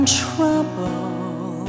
trouble